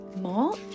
March